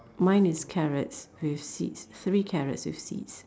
mine is carrots with seeds three carrots with seeds